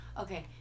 Okay